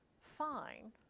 fine